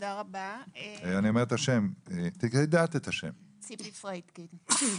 שמי ציפי פרידקין.